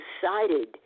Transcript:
decided